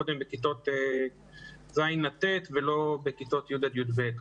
קודם בכיתות ז' עד ט' ולא בכיתות י' עד י"ב.